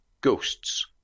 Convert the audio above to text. Ghosts